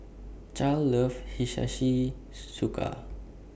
Charle loves Hiyashi Chuka